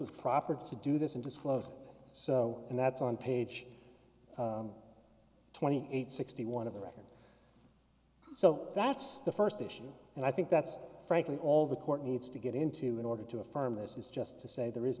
was proper to do this and disclose so and that's on page twenty eight sixty one of the record so that's the first issue and i think that's frankly all the court needs to get into in order to affirm this is just to say there is